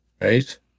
right